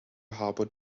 harbour